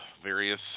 Various